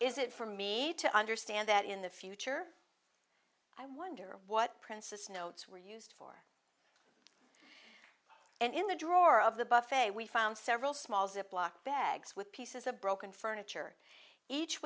is it for me to understand that in the future i wonder what princess notes were used and in the drawer of the buff a we found several small ziploc bags with pieces of broken furniture each